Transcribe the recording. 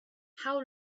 how